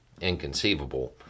inconceivable